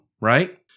right